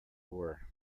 were